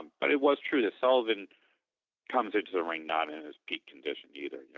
but it was true that sullivan comes into the ring not in his peak condition either. yeah